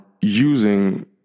using